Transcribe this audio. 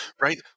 right